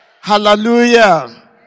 Hallelujah